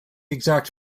exact